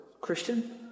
Christian